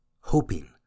hoping